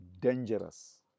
dangerous